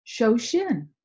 Shoshin